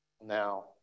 Now